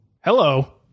Hello